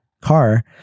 car